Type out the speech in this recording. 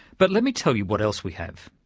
but let me tell you what else we have.